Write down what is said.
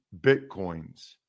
Bitcoins